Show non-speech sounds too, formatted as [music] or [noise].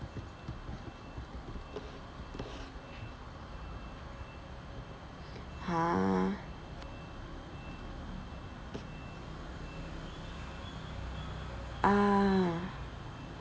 [breath] !huh! ah